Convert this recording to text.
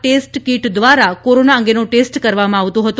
test kit દ્વારા corona અંગે નો ટેસ્ટ કરવામાં આવતો હતો